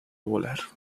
volar